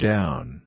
Down